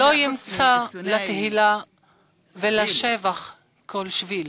לא ימצא לתהילה ולשבח כל שביל/.